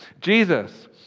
Jesus